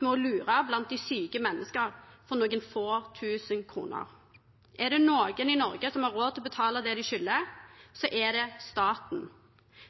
å lure bl.a. syke mennesker for noen få tusen kroner. Er det noen i Norge som har råd til å betale det de skylder, er det staten.